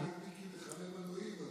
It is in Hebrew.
ראיתי את מיקי מחמם מנועים.